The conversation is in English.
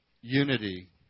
unity